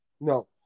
no